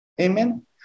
Amen